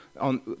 on